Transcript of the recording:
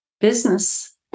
business